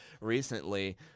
recently